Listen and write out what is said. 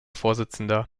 vorsitzender